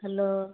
hello